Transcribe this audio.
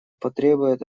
потребуют